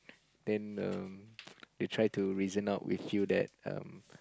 then um they try to reason out with you that um